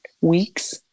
weeks